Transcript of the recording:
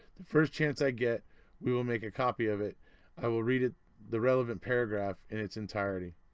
the first chance i get we will make a copy of it i will read it the relevant paragraph in its entirety.